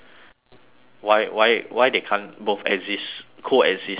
why why why they can't both exist coexist together